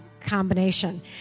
combination